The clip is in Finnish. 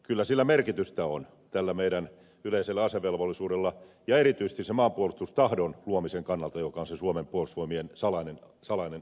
kyllä sillä merkitystä on tällä meidän yleisellä asevelvollisuudellamme erityisesti sen maanpuolustustahdon luomisen kannalta joka on se suomen puolustusvoimien salainen ase